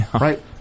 Right